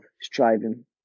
striving